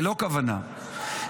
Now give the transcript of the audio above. ללא כוונה,